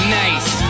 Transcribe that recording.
nice